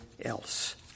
else